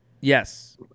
Yes